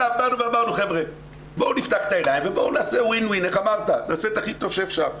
באנו ואמרנו 'חבר'ה בואו נפתח את העיניים ונעשה את הכי טוב שאפשר.